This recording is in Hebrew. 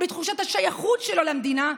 בתחושת השייכות שלו למדינה?